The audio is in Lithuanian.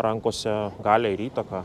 rankose galią ir įtaką